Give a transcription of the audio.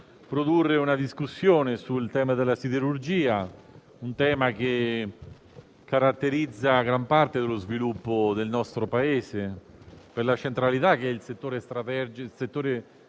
produrre una discussione sul tema della siderurgia, che caratterizza gran parte dello sviluppo del nostro Paese, per la centralità che il settore siderurgico